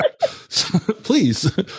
Please